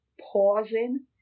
pausing